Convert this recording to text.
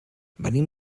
venim